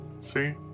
See